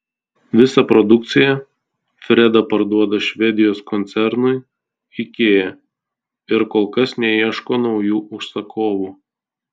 visą produkciją freda parduoda švedijos koncernui ikea ir kol kas neieško naujų užsakovų